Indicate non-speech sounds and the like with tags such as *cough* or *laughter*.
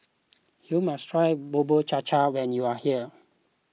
*noise* you must try Bubur Cha Cha when you are here